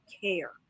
care